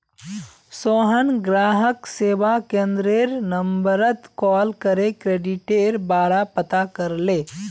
सोहन ग्राहक सेवा केंद्ररेर नंबरत कॉल करे क्रेडिटेर बारा पता करले